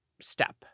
step